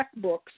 checkbooks